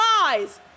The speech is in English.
lies